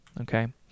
Okay